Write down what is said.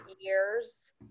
years